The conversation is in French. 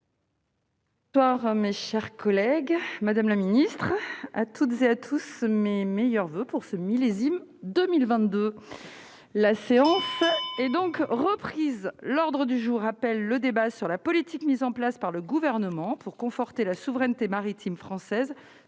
Par mes chers collègues, Madame la Ministre à toutes et à tous mes meilleurs voeux pour ce millésime 2022, la séance est donc reprise l'ordre du jour appelle le débat sur la politique mise en place par le gouvernement pour conforter la souveraineté maritime française